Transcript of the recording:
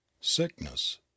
sickness